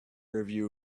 review